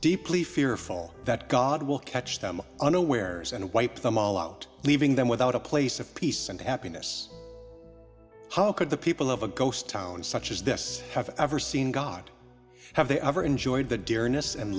deeply fearful that god will catch them unawares and wipe them all out leaving them without a place of peace and happiness how could the people of a ghost town such as this have ever seen god have they ever enjoyed the